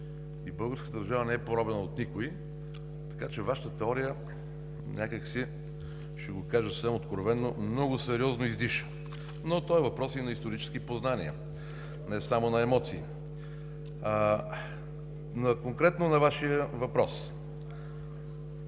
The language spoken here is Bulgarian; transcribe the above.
и българската държава не е поробена от никой, така че Вашата теория някак си, ще го кажа съвсем откровено: много сериозно издиша. Това е въпрос на исторически познания, а не само на емоции. Конкретно на Вашия въпрос.